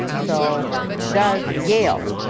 so does yale,